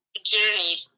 journey